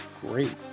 Great